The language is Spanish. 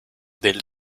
del